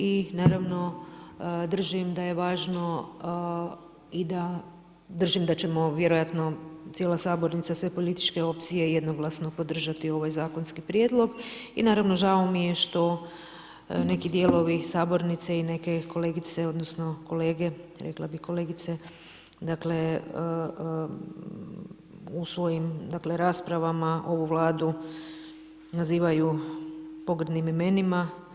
I naravo držim da je važno i da, držim da ćemo vjerojatno, cijela sabornica, sve političke opcije, jednoglasno podržati ovaj zaknski prijedlog i naravno žao mi je što neki djelovi sabornice i neke kolegice odnosno, kolege, rekla bih kolegice, dakle, u svojim raspravama ovu vladu nazivaju pogrebnim imenima.